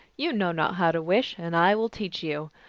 you know not how to wish, and i will teach you.